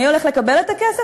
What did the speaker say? מי הולך לקבל את הכסף?